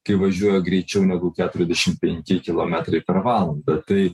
kai važiuoja greičiau negu keturiasdešim penki kilometrai per valandą tai